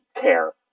care